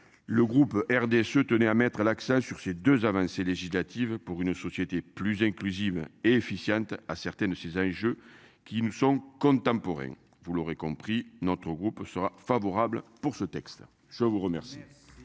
Le groupe RDSE tenait à mettre l'accent sur ces 2 avancées législatives pour une société plus inclusive et efficiente à certaines de ces âges qui nous sont contemporains. Vous l'aurez compris, notre groupe sera favorable pour ce texte. Je vous remercie.